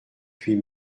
huit